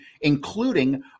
including